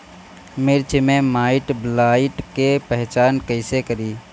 मिर्च मे माईटब्लाइट के पहचान कैसे करे?